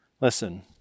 Listen